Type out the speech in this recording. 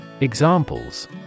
Examples